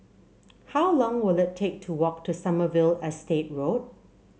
how long will it take to walk to Sommerville Estate Road